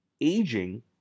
Aging